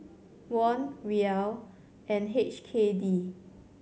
Won Riel and H K D